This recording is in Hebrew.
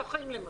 מוסכים למשל.